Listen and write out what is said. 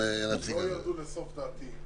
לא ירדו לסוף דעתי.